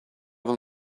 them